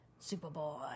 Superboy